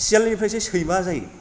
सियालनिफ्रायसो सैमा जायो